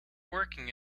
working